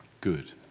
good